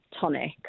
Tonic